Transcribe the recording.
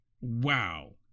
Wow